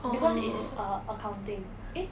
because is err accounting eh